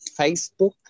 Facebook